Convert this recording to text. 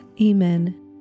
Amen